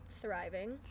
thriving